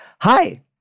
Hi